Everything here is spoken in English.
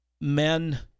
men